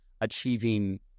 achieving